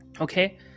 Okay